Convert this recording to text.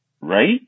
Right